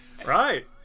Right